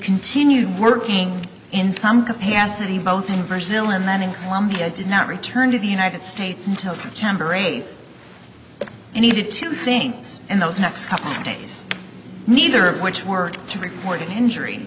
continued working in some capacity both in brazil and then in colombia did not return to the united states until september eighth and he did two things in those next couple of days neither of which were to report an injury